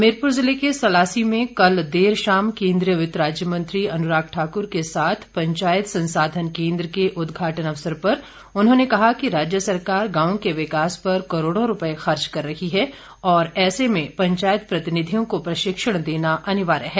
हमीरपुर जिले के सलासी में कल देर शाम केंद्रीय वित्त राज्य मंत्री अनुराग ठाकुर के साथ पंचायत संसाधन केंद्र के उद्घाटन अवसर पर उन्होंने कहा कि राज्य सरकार गांव के विकास पर करोड़ों रुपये खर्च कर रही है और ऐसे में पंचायत प्रतिनिधियों को प्रशिक्षण देना अनिवार्य है